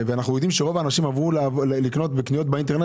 אנחנו יודעים שרוב האנשים עברו לקניות באינטרנט,